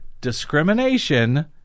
discrimination